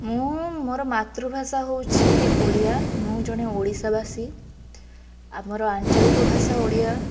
ମୁଁ ମୋର ମାତୃଭାଷା ହେଉଛି ଓଡ଼ିଆ ମୁଁ ଜଣେ ଓଡ଼ିଶାବାସୀ ଆମର ଆଞ୍ଚଳିକ ଭାଷା ଓଡ଼ିଆ